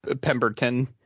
Pemberton